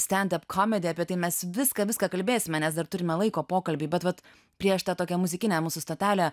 stendap komedi apie tai mes viską viską kalbėsime nes dar turime laiko pokalbiui bet vat prieš tą tokią muzikinę mūsų stotelę